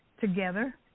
together